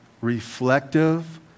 reflective